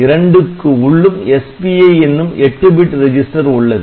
இரண்டுக்கு உள்ளும் SPI என்னும் 8 பிட் ரெஜிஸ்டர் உள்ளது